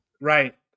Right